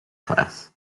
class